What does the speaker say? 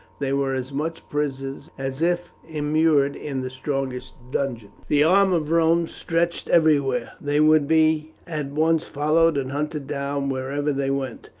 they were as much prisoners as if immured in the strongest dungeons. the arm of rome stretched everywhere they would be at once followed and hunted down wherever they went.